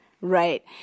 Right